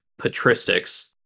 patristics